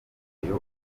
bwayo